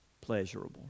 pleasurable